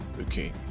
okay